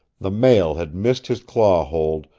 the male had missed his claw-hold,